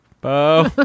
Bo